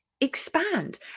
expand